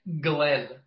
Glenn